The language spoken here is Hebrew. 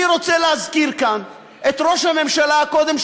אני רוצה להזכיר כאן את ראש הממשלה הקודם,